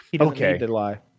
okay